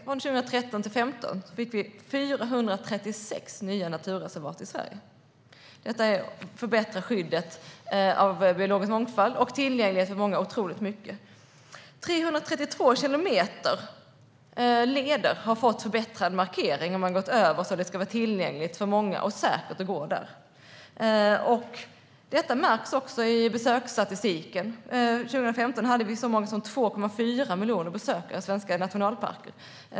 Från 2013 till 2015 fick vi 436 nya naturreservat i Sverige. Det förbättrar skyddet av biologisk mångfald och tillgängligheten för många otroligt mycket. 332 kilometer leder har fått förbättrad markering, så att de ska vara tillgängliga för många och det ska vara säkert att gå där. Detta märks också i besöksstatistiken. År 2015 hade vi så många som 2,4 miljoner besökare i svenska nationalparker.